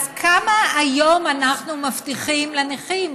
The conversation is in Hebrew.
אז כמה היום אנחנו מבטיחים לנכים?